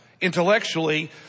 intellectually